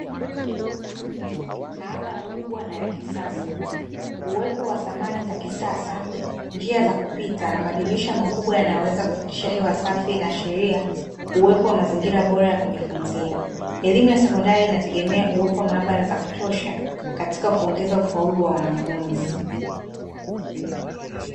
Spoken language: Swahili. Maabara kubwa na ya kisasa, uwepo wa samani za kisasa, njia za kupita na madirisha makubwa yanayoweza kupitisha hewa safi inaashiria uwepo wa mazingira bora ya kujifunzia. Elimu ya sekondari inategemea uwepo wa maabara za kutosha katika kuongeza ufaulu wa wanafunzi.